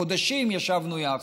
חודשים ישבנו יחד,